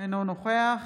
אינו נוכח